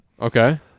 Okay